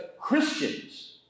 Christians